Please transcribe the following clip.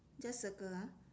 just circle ah